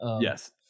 Yes